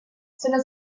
sono